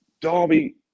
Derby